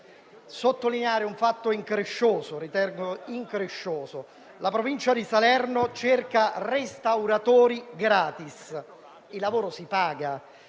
fatto che ritengo increscioso: la Provincia di Salerno cerca restauratori gratis. Il lavoro si paga.